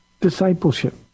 discipleship